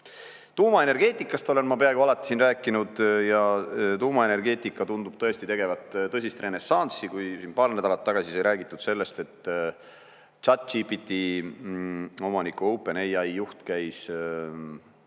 Tuumaenergeetikast olen ma peaaegu alati siin rääkinud ja tuumaenergeetika tundub tegevat tõsist renessanssi. Kui siin paar nädalat tagasi sai räägitud sellest, et ChatGPT omanik OpenAI juht käis